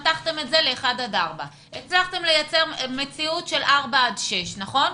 מתחתם את זה ל-1 עד 4. הצלחתם לייצר מציאות של 4 עד 6. נכון?